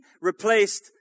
replaced